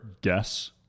guess